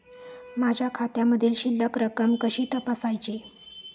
माझ्या खात्यामधील शिल्लक रक्कम कशी तपासायची?